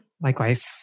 Likewise